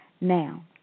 Now